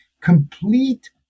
complete